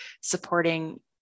supporting